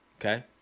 Okay